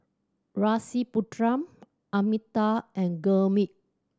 Rasipuram Amitabh and Gurmeet